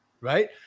right